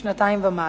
משנתיים ומעלה,